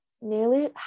nearly